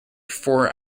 four